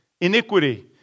Iniquity